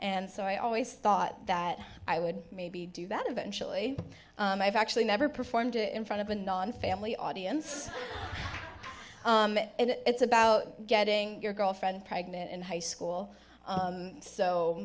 and so i always thought that i would maybe do that eventually i've actually never performed in front of a nonfamily audience and it's about getting your girlfriend pregnant in high school